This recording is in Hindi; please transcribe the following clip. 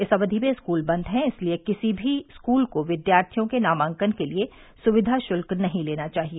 इस अवधि में स्कूल बंद हैं इसलिए किसी भी स्कूल को विद्यार्थियों के नामांकन के लिए सुविधा शुल्क नहीं लेना चाहिए